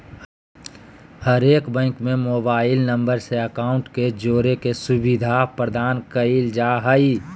हरेक बैंक में mobile number से अकाउंट के जोड़े के सुविधा प्रदान कईल जा हइ